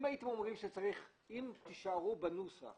אם תישארו בנוסח